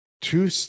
two